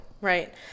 Right